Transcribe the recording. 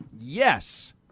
Yes